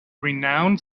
renowned